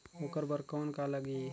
ओकर बर कौन का लगी?